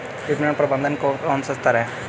विपणन प्रबंधन का कौन सा स्तर है?